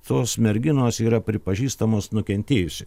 tos merginos yra pripažįstamos nukentėjusi